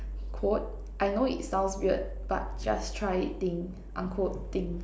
quote I know it sounds weird but just try it thing unquote thing